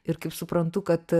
ir kaip suprantu kad